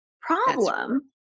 problem